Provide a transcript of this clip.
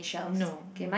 no no